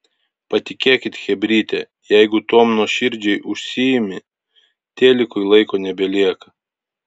patikėkit chebryte jeigu tuom nuoširdžiai užsiimi telikui laiko nebelieka